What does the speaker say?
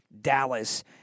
Dallas